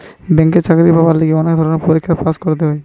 ব্যাংকে চাকরি পাবার লিগে বিভিন্ন ধরণের পরীক্ষায় পাস্ করতে হয়